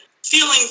feeling